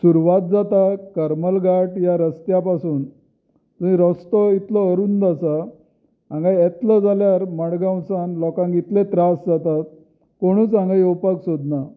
सुरवात जाता करमल घाट ह्या रस्त्या पसून थंय रस्तो इतलो अरुंद आसा हांगा येतलो जाल्यार मडगांव सान लोकांक इतलो त्रास जाता कोणूच हांगा येवपाक सोदना